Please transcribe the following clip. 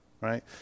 right